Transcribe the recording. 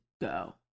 go